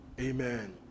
Amen